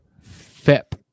FIP